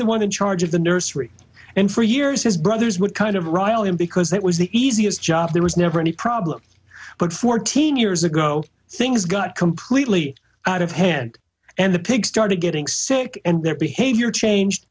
the one in charge of the nursery and for years his brothers would kind of rile him because that was the easiest job there was never any problem but fourteen years ago things got completely out of hand and the pigs started getting sick and their behavior changed